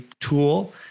tool